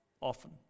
often